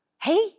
Hey